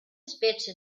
specie